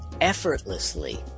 effortlessly